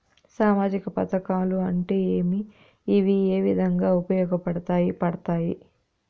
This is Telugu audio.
సామాజిక పథకాలు అంటే ఏమి? ఇవి ఏ విధంగా ఉపయోగపడతాయి పడతాయి?